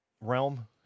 realm